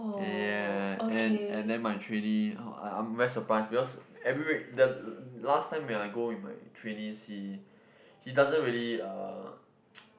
yeah and and then my trainee I I'm very surprised because every week the last time when I go with my trainee see he doesn't really uh